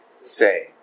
Say